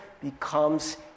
becomes